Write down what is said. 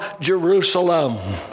Jerusalem